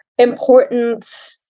important